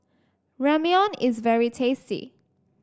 Ramyeon is very tasty